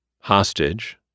hostage